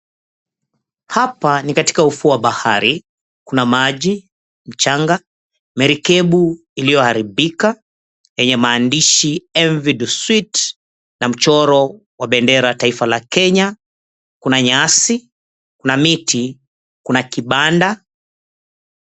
Hapa ni katika ufuo wa bahari. Kuna maji, mchanga, merikebu iliyoharibika yenye maandishi; MV Dushit, na mchoro wa bendera ya taifa la Kenya. Kuna nyasi, kuna miti, kuna kibanda.